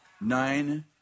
Nine